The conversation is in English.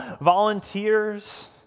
volunteers